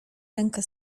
rękę